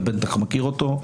אתה בטח מכיר אותו,